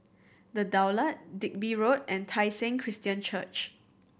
The Daulat Digby Road and Tai Seng Christian Church